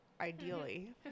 Ideally